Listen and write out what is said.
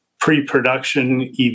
pre-production